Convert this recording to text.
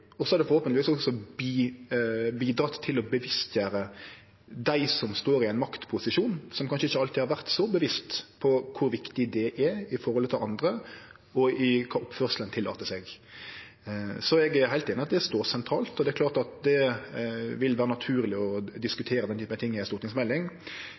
Det har forhåpentlegvis også bidratt til å bevisstgjere dei som står i ein maktposisjon som kanskje ikkje alltid har vore så veldig bevisste på kor viktig det er i forhold til andre og i oppførselen dei tillèt seg. Så eg er heilt einig i at det står sentralt, og det er klart at det vil vere naturleg å